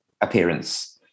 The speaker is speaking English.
appearance